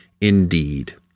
indeed